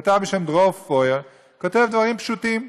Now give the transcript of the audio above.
כתב בשם דרור פויר כותב דברים פשוטים: